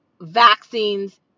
vaccines